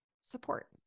support